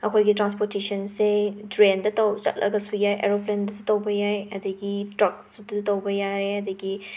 ꯑꯩꯈꯣꯏꯒꯤ ꯇ꯭ꯔꯥꯟꯁꯄꯣꯇꯦꯁꯟꯁꯦ ꯗ꯭ꯔꯦꯟꯗ ꯇꯧ ꯆꯠꯂꯒꯁꯨ ꯌꯥꯏ ꯑꯦꯔꯣꯄ꯭ꯂꯦꯟꯗꯁꯨ ꯇꯧꯕ ꯌꯥꯏ ꯑꯗꯒꯤ ꯇ꯭ꯔꯛꯁꯇꯁꯨ ꯇꯧꯕ ꯌꯥꯏ ꯑꯗꯒꯤ